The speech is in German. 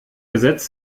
gesetz